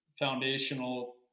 foundational